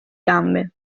gambe